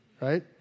right